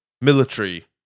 Military